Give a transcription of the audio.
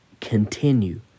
continue